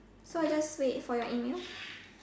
so I just wait for your emails